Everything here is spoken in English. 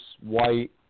white